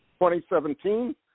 2017